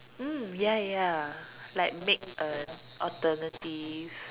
mm ya ya like make a alternative